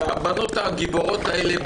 הבנות הגיבורות האלה,